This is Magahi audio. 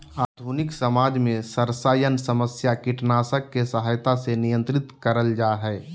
आधुनिक समाज में सरसायन समस्या कीटनाशक के सहायता से नियंत्रित करल जा हई